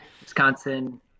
Wisconsin